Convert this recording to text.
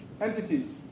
entities